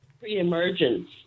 Pre-emergence